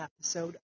episode